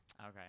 Okay